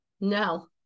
No